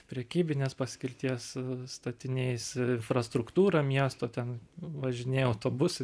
prekybinės paskirties statiniais ifrastruktūra miesto ten važinėja autobusai